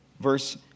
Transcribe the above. Verse